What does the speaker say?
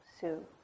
Sue